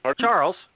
Charles